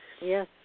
Yes